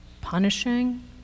punishing